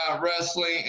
wrestling